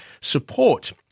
support